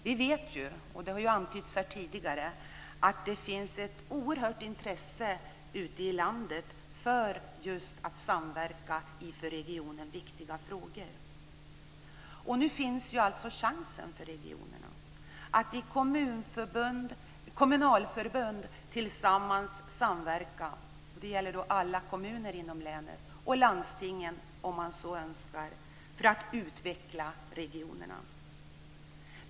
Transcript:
Vi vet ju att det, som har antytts här tidigare, finns ett oerhört intresse ute i landet för att samverka i för regionen viktiga frågor. Nu får alla kommuner chansen att samverka i kommunalförbund inom respektive län liksom i landstingen, om de så önskar, för att utveckla regionerna.